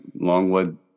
longwood